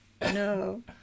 no